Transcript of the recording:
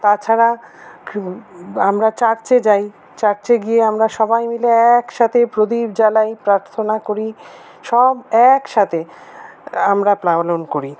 তাছাড়া আমরা চার্চে যাই চার্চে গিয়ে আমরা সবাই মিলে একসাথে প্রদীপ জ্বালাই প্রার্থনা করি সব একসাথে আমরা পালন করি